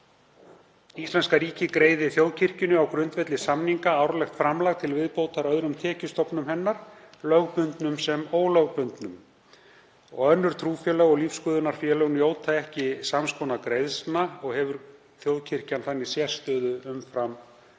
íslenska ríkið greiðir þjóðkirkjunni á grundvelli samninga árlegt framlag til viðbótar öðrum tekjustofnum hennar, lögbundnum sem ólögbundnum. Önnur trúfélög og lífsskoðunarfélög njóta ekki sams konar greiðslna og hefur þjóðkirkjan þannig sérstöðu umfram þau.